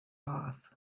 off